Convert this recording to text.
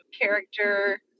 character